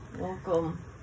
Welcome